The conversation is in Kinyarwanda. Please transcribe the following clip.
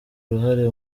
uruhare